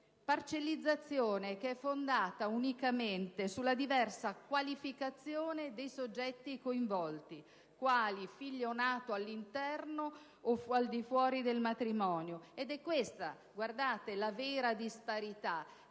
parcellizzazione che è fondata unicamente sulla diversa qualificazione dei soggetti coinvolti quali figlio nato all'interno o al di fuori del matrimonio. Ed è questa la vera disparità.